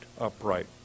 upright